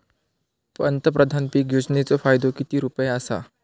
पंतप्रधान पीक योजनेचो फायदो किती रुपये आसा?